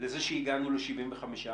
לזה שהגענו ל-75?